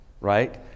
right